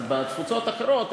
אז בתפוצות האחרות,